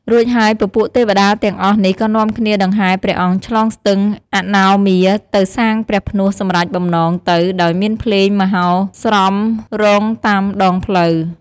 រួចហើយពពួកទេវតាទាំងអស់នេះក៏នាំគ្នាដង្ហែព្រះអង្គឆ្លងស្ទឹងអនោមាទៅសាងព្រះផ្នួសសម្រេចបំណងទៅ ដោយមានភ្លេងមហោស្រពរង់តាមដងផ្លូវ។